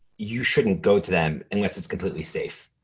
you shouldn't go to them unless it's completely safe.